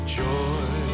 joy